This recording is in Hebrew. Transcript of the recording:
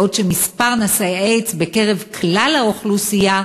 בעוד שמספר נשאי האיידס בכלל האוכלוסייה,